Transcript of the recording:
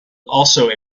also